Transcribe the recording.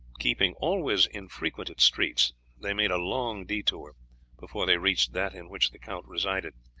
keeping always in frequented streets they made a long detour before they reached that in which the count resided,